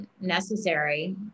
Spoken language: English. necessary